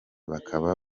bakaba